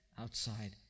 outside